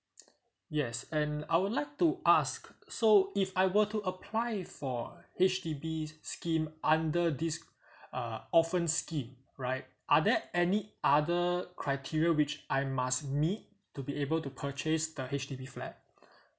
yes and I would like to ask so if I were to apply for H_D_B scheme under this uh orphan scheme right are there any other criteria which I must meet to be able to purchase the H_D_B flat